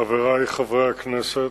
חברי חברי הכנסת,